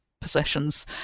possessions